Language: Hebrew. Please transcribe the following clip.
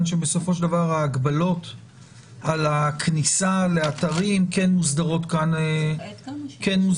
שבסופו של דבר ההגבלות על הכניסה לאתרים כן מוסדרות כאן בוועדה.